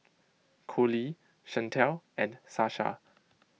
Collie Shantel and Sasha